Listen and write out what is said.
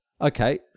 Okay